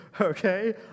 Okay